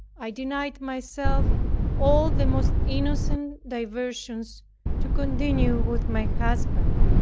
i denied myself all the most innocent diversions to continue with my husband.